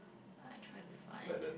I try to find